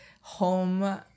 home